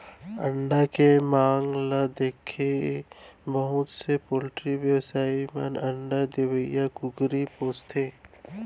अंडा के मांग ल देखके बहुत से पोल्टी बेवसायी मन अंडा देवइया कुकरी पोसथें